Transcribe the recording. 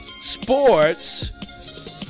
Sports